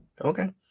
Okay